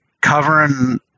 covering